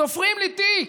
תופרים לי תיק,